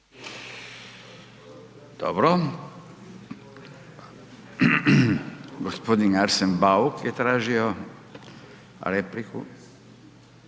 Dobro. Gospodin Arsen Bauk je tražio repliku